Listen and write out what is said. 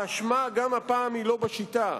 האשמה גם הפעם היא לא בשיטה.